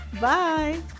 Bye